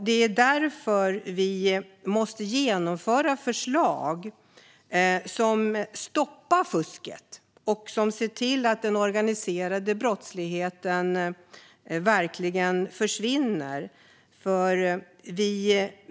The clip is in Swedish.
Det är därför som vi måste genomföra förslag som stoppar fusket och som ser till att den organiserade brottsligheten verkligen försvinner.